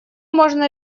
можно